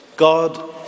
God